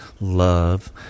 love